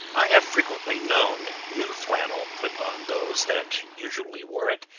i have frequently known new flannel put on those that usually wore it,